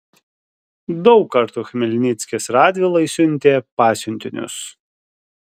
daug kartų chmelnickis radvilai siuntė pasiuntinius